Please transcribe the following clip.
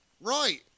Right